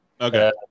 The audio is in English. okay